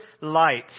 light